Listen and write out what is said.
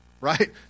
right